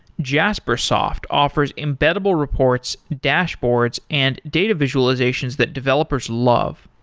jaspersoft offers embeddable reports, dashboards and data visualizations that developers love.